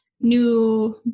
new